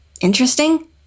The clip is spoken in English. interesting